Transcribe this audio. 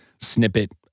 snippet